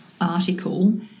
article